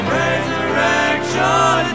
resurrection